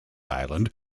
island